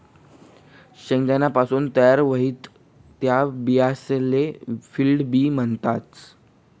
शेंगासपासून तयार व्हतीस त्या बियासले फील्ड बी म्हणतस